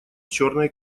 черной